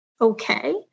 Okay